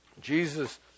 Jesus